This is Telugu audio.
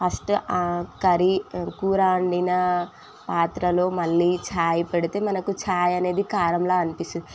ఫస్టు కర్రీ కూర వండిన పాత్రలో మళ్ళీ ఛాయ్ పెడితే మనకు ఛాయ్ అనేది కారంలా అనిపిస్తుంది